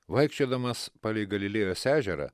vaikščiodamas palei galilėjos ežerą